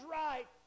right